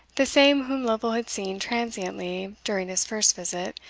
the same whom lovel had seen transiently during his first visit,